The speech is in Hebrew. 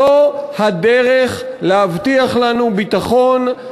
זו הדרך להבטיח לנו ביטחון,